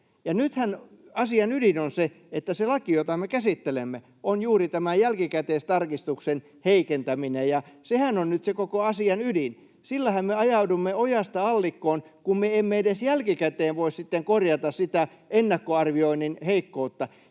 nythän asian ydin on se, että se laki, jota me käsittelemme, on juuri tämä jälkikäteistarkistuksen heikentäminen. Sehän on nyt se koko asian ydin. Sillähän me ajaudumme ojasta allikkoon, kun me emme edes jälkikäteen voi sitten korjata sitä ennakkoarvioinnin heikkoutta.